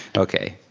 okay,